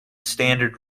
standard